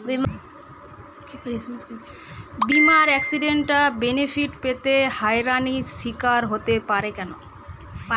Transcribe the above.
বিমার accidental benefit পেতে হয়রানির স্বীকার হতে হয় কেন?